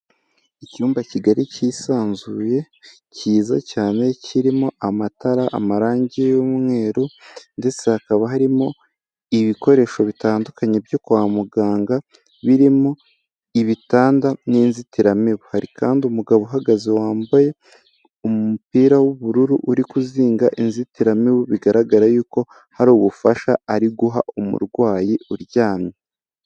Icyumba kigari cyisanzuye cyiza cyane kirimo amatara, amarangi y'umweru. Ndetse hakaba harimo ibikoresho bitandukanye byo kwa muganga, birimo ibitanda n'inzitiramibu. hari kandi umugabo uhagaze wambaye umupira w'ubururu uri kuzinga inzitiramibu, bigaragara yuko hari ubufasha ari guha umurwayi uryamye.